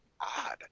odd